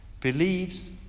believes